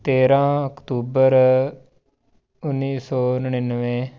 ਤੇਰਾਂ ਅਕਤੂਬਰ ਉੱਨੀ ਸੌ ਨੜਿੱਨਵੇ